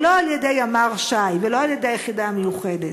ולא על-ידי ימ"ר ש"י ולא על-ידי היחידה המיוחדת.